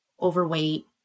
overweight